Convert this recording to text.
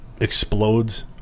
explodes